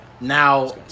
Now